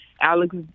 Alex